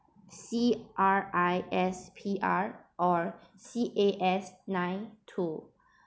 C R I S P R or C A S nine too